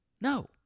No